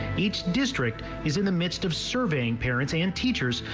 each district is in the midst of serving parents and teachers.